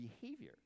behavior